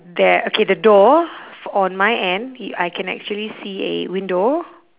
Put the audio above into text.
there okay the door f~ on my end I can actually see a window